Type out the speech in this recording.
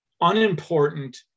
unimportant